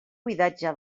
buidatge